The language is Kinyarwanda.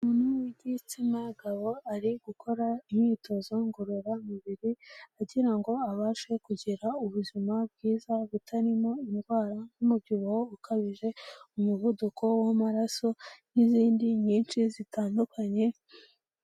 Umuntu w'igitsina gabo ari gukora imyitozo ngorora mubiri kugira ngo abashe kugira ubuzima bwiza, butarimo indwara n'umubyibuho ukabije, umuvuduko w'amaraso n'izindi nyinshi zitandukanye.